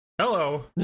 Hello